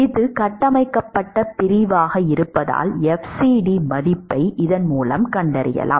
இது கட்டமைக்கப்பட்ட பிரிவாக இருப்பதால் fcd மதிப்பைக் கண்டறியலாம்